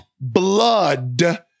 blood